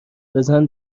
بزن